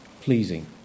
pleasing